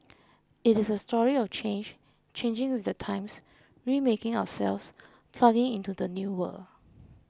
it is a story of change changing with the times remaking ourselves plugging into the new world